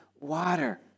water